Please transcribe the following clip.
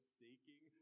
seeking